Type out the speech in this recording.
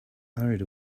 hurried